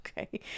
okay